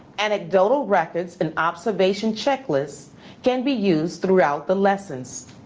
anecdotal records and observation checklists can be used throughout the lessons.